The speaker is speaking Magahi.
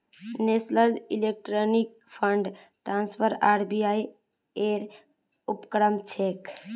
national electronic fund transfer RBI ऐर उपक्रम छेक